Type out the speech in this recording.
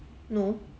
no